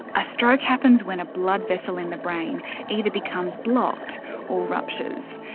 a stroke happens when a blood vessel in the brain either becomes blocked or ruptures,